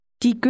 die